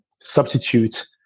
substitute